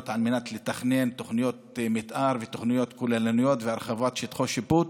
על מנת לתכנן תוכניות מתאר ותוכניות כוללניות והרחבת שטח השיפוט.